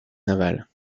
navale